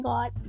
God